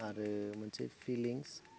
आरो मोनसे फिलिंस